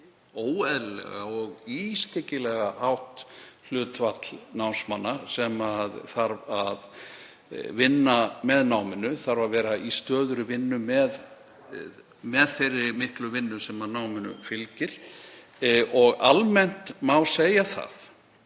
og ískyggilega hátt hlutfall námsmanna sem þarf að vinna með náminu, þarf að vera í stöðugri vinnu með þeirri miklu vinnu sem náminu fylgir og almennt og